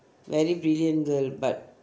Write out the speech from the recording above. very brilliant girl but